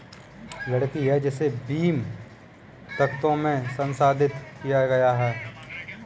लकड़ी है जिसे बीम, तख्तों में संसाधित किया गया है